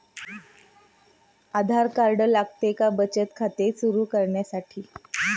आधार card लागते का बचत खाते सुरू करण्यासाठी?